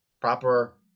Proper